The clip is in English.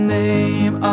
name